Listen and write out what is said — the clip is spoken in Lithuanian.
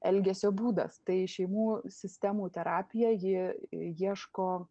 elgesio būdas tai šeimų sistemų terapija ji ieško